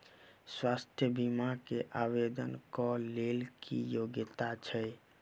स्वास्थ्य बीमा केँ आवेदन कऽ लेल की योग्यता छै?